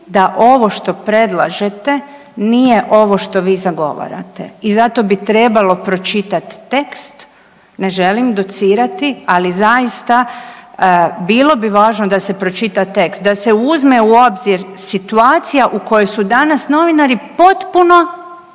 da ovo što predlažete nije ovo što vi zagovarate i zato bi trebalo pročitati tekst. Ne želim docirati, ali zaista bilo bi važno da se pročita tekst, da se uzme u obzir situacija u kojoj su danas novinari potpuno,